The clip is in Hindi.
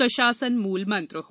स्वशासन मूल मंत्र हो